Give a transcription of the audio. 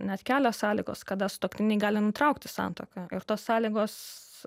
net kelios sąlygos kada sutuoktiniai gali nutraukti santuoką ir tos sąlygos